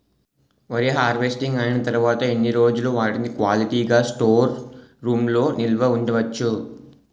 వరి హార్వెస్టింగ్ అయినా తరువత ఎన్ని రోజులు వాటిని క్వాలిటీ గ స్టోర్ రూమ్ లొ నిల్వ ఉంచ వచ్చు?